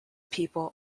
people